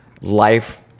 life